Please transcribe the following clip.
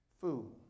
food